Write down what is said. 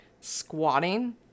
squatting